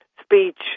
speech